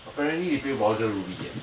apparently you play roger ruby eh